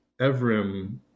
Evrim